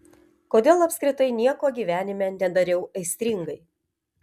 kodėl apskritai nieko gyvenime nedariau aistringai